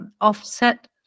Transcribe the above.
offset